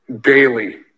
daily